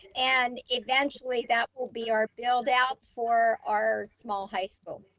and eventually that will be our build out for our small high school.